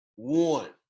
One